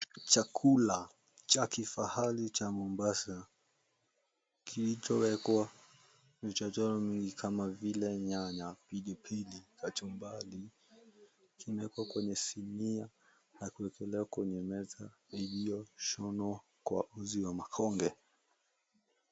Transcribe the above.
Chakula cha kifahari cha Mombasa kilichowekwa na vichacharo mingi kama vile nyanya, pilipili, kachumbari kimewekwa kwenye sinia na kuwekelewa kwenye meza iliyoshonwa kwa uzi wa makonge.